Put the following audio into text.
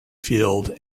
field